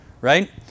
right